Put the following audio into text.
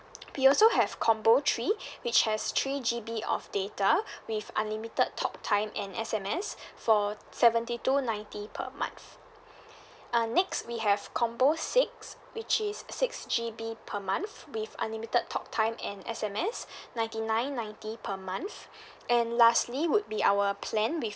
we also have combo three which has three G_B of data with unlimited talk time and S_M_S for seventy two ninety per month uh next we have combo six which is six G_B per month with unlimited talk time and S_M_S ninety nine ninety per month and lastly would be our plan with